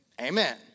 Amen